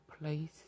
place